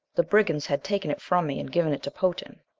the brigands had taken it from me and given it to potan.